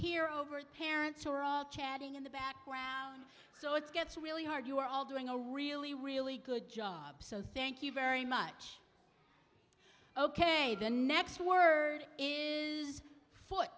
hear overt parents who are all chatting in the background so it gets really hard you are all doing a really really good job so thank you very much ok the next word is foot